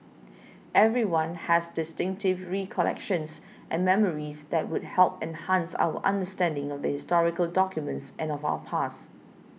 everyone has distinctive recollections and memories that would help enhance our understanding of the historical documents and of our past